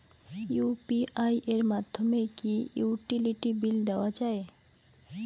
UPI এর মাধ্যমে কি ইউটিলিটি বিল দেওয়া যায়?